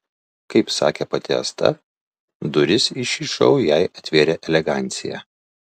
kaip sakė pati asta duris į šį šou jai atvėrė elegancija